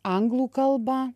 anglų kalbą